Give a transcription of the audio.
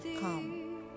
come